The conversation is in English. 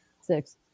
six